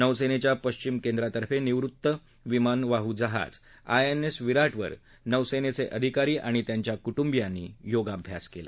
नौसस्तिखा पश्चिम केंद्रातर्फे निवृत्त विमानवाहू जहाज आयएनएस विराध्वर नौसक्किअधिकारी आणि त्यांच्या कुटुबियांनी योगाभ्यास क्ला